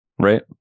right